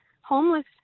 homeless